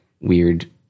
weird